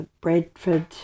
Bradford